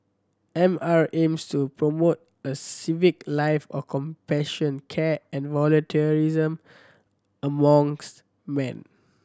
M R aims to promote a civic life of compassion care and volunteerism amongst man